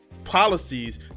Policies